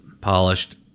polished